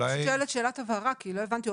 אני שואלת שאלת הבהרה, כי לא הבנתי.